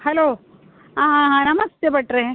hello ಹಾಂ ನಮಸ್ತೆ ಭಟ್ರೆ